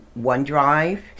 OneDrive